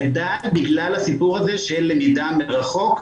גדל בגלל הסיפור הזה של למידה מרחוק,